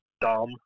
dumb